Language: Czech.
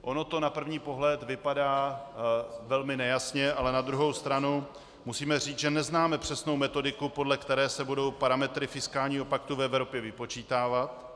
Ono to na první pohled vypadá velmi nejasně, ale na druhou stranu musíme říct, že neznáme přesnou metodiku, podle které se budou parametry fiskálního paktu v Evropě vypočítávat.